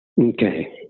Okay